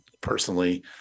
personally